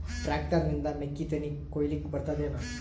Tractor ನಿಂದ ಮೆಕ್ಕಿತೆನಿ ಕೊಯ್ಯಲಿಕ್ ಬರತದೆನ?